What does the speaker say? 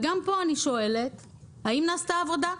גם פה אני שואלת האם נעשתה עבודה.